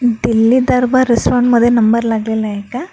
दिल्ली दरबार रेस्टॉरंटमध्ये नंबर लागलेला आहे का